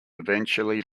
eventually